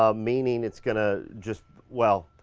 ah meaning it's gonna just, well,